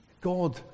God